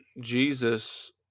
Jesus